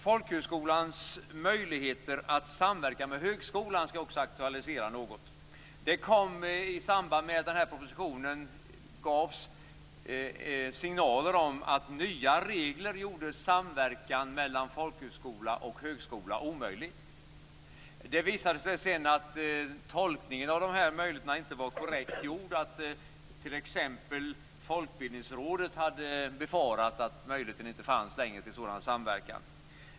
Jag skall också något aktualisera folkhögskolans möjligheter att samverka med högskolan. I samband med att propositionen lades fram kom signaler om att nya regler gjorde samverkan mellan folkhögskola och högskola omöjlig. Det visade sig sedan att tolkningen av de här möjligheterna inte var korrekt gjord, och att t.ex. Folkbildningsrådet hade befarat att möjligheten till sådan samverkan inte längre fanns.